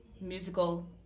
musical